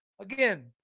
again